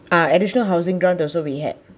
uh additional housing grant also we had